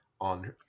on